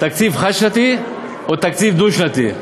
תקציב חד-שנתי או תקציב דו שנתי?